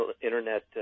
Internet